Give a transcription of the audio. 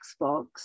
Xbox